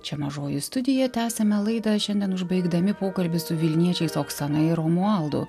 čia mažoji studija tęsėme laidą šiandien užbaigdami pokalbį su vilniečiais oksana ir romualdu